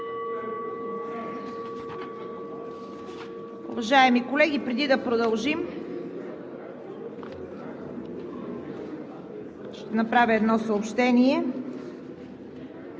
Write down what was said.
Уважаеми колеги, преди да продължим, ще направя едно съобщение: